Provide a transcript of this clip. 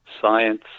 science